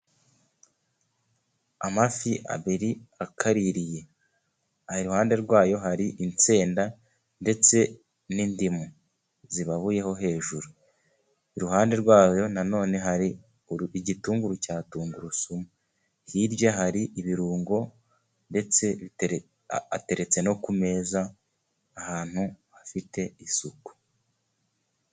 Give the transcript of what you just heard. Amafi abiri akaririye. Aho iruhande rwa yo hari insenda ndetse n'indimu zibabuyeho hejuru. Iruhande rwa yo na none hari igitunguru cya tungurusumu. Hirya hari ibirungo, ndetse ateretse no ku meza, ahantu hafite isuku.